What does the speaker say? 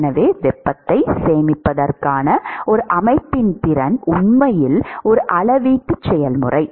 எனவே வெப்பத்தை சேமிப்பதற்கான ஒரு அமைப்பின் திறன் உண்மையில் ஒரு அளவீட்டு செயல்முறை